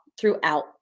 throughout